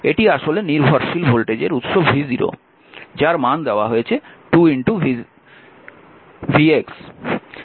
এটি আসলে নির্ভরশীল ভোল্টেজের উৎস v0 যার মান দেওয়া হয়েছে 2 vx